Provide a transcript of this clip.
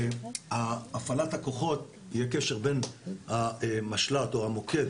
הפעלת הכוחות היא הקשר בין המשל"ט או המוקד